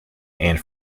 and